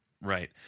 Right